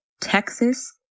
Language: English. Texas